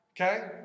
Okay